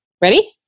Ready